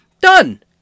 Done